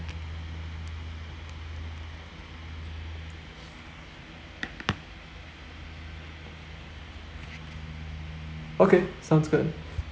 okay sounds good